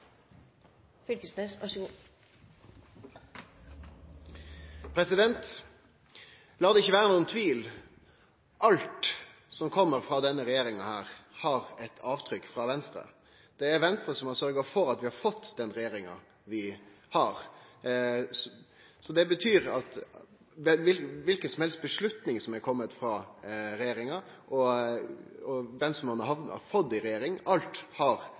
har fullt så mange negative følger som forsiden på Nationen skulle tilsi. Lat det ikkje vere nokon tvil: Alt som kjem frå denne regjeringa, har eit avtrykk frå Venstre. Det er Venstre som har sørgt for at vi har fått den regjeringa vi har. Så det betyr at kva det så er for avgjerd som er komen frå regjeringa, og kven som har hamna i regjering – alt